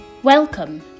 Welcome